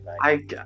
I-